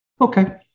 Okay